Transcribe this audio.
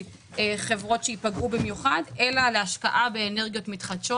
חברות שייפגעו במיוחד אלא להשקעה באנרגיות מתחדשות.